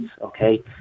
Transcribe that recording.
okay